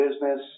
business